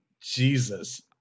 Jesus